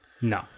no